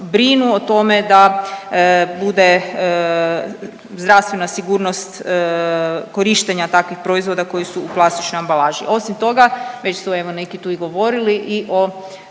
brinu o tome da bude zdravstvena sigurnost korištenja takvih proizvoda koji su u plastičnoj ambalaži. Osim toga, već su evo neki tu i govorili i o